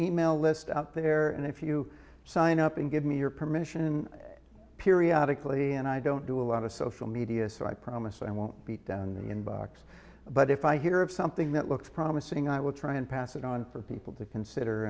email list out there and if you sign up and give me your permission periodic lee and i don't do a lot of social media so i promise i won't beat down the inbox but if i hear of something that looks promising i will try and pass it on for people to consider